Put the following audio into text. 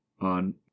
on